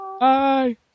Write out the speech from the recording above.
Bye